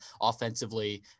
offensively